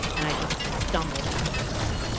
and i just stumble backwards.